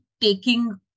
taking